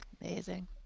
Amazing